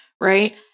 right